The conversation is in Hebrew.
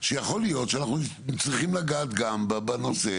שיכול להיות שאנחנו צריכים לגעת גם בנושא